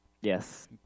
Yes